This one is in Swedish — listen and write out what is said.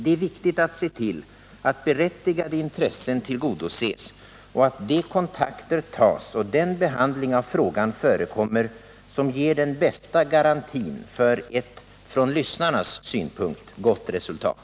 Det är viktigt att se till att berättigade intressen tillgodoses och att de kontakter tas och den behandling av frågan förekommer som ger den bästa garantin för ett från lyssnarnas synpunkt gott resultat.